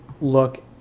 look